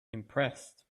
impressed